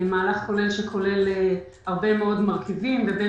מהלך כולל שכולל הרבה מאוד מרכיבים ובין